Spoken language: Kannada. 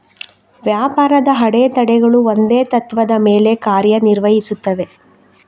ವ್ಯಾಪಾರದ ಅಡೆತಡೆಗಳು ಒಂದೇ ತತ್ತ್ವದ ಮೇಲೆ ಕಾರ್ಯ ನಿರ್ವಹಿಸುತ್ತವೆ